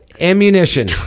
Ammunition